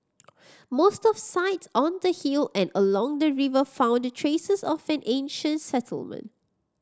most of sites on the hill and along the river found traces of an ancient settlement